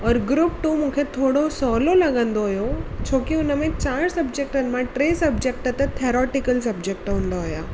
और group two मूंखे थोरो सवलो लॻंदो हुयो छोकी हुनमें चारि सबजेक्टनि मां टे सबजेक्ट त थैरोटिकल सबजैक्ट हूंदा हुया